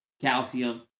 calcium